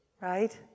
right